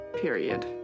period